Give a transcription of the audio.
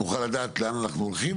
נוכל לדעת לאן אנחנו הולכים,